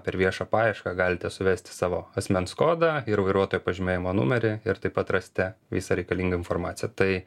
per viešą paiešką galite suvesti savo asmens kodą ir vairuotojo pažymėjimo numerį ir taip pat rasti visą reikalingą informaciją tai